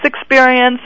experience